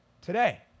today